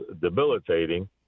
debilitating